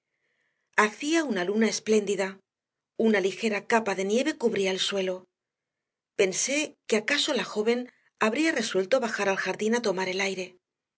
hacía una luna espléndida una ligera capa de nieve cubría el suelo pensé que acaso la joven habría resuelto bajar al jardín a tomar el aire